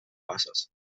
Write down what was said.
passes